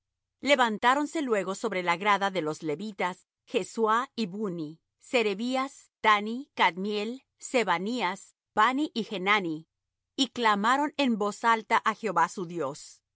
dios levantáronse luego sobre la grada de los levitas jesuá y bunni serebias dani cadmiel sebanías bani y chnani y clamaron en voz alta á jehová su dios